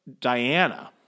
diana